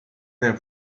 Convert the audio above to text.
del